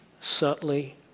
subtly